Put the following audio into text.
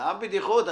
סתם בדיחות.